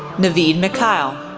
navid mikail,